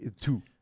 two